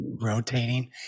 rotating